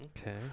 Okay